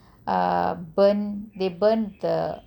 ugh burn they burn the